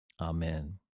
Amen